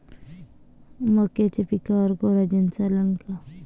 मक्याच्या पिकावर कोराजेन चालन का?